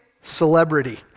Celebrity